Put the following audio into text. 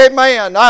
Amen